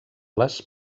les